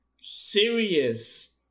Serious